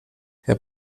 herr